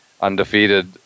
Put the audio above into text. undefeated